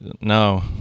No